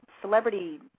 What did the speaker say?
celebrity